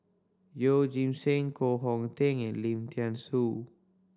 Yeoh Ghim Seng Koh Hong Teng and Lim Thean Soo